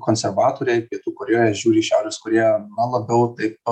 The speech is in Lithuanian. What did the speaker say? konservatoriai pietų korėjoje žiūri į šiaurės korėją na labiau taip